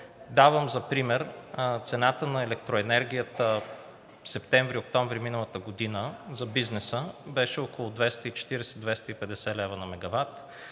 Давам за пример цената на електроенергията. Септември-октомври миналата година за бизнеса беше около 240 –250 лв. на мегават.